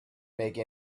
make